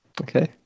okay